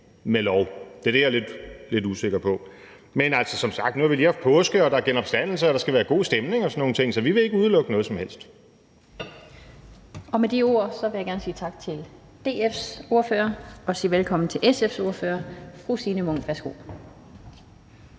med lov? Det er det, jeg er lidt usikker på. Men altså, nu har vi som sagt lige haft påske, der er genopstandelse, og der skal være god stemning og sådan nogle ting, så vi vil ikke udelukke noget som helst. Kl. 16:53 Den fg. formand (Annette Lind): Og med de ord vil jeg gerne sige tak til DF's ordfører og sige velkommen til SF's ordfører, fru Signe Munk. Værsgo.